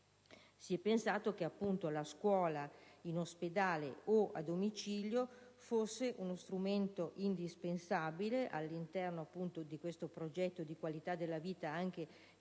si è pensato che la scuola in ospedale o a domicilio fosse uno strumento indispensabile all'interno appunto di questo progetto di qualità della vita anche per